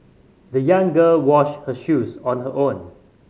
the young girl washed her shoes on her own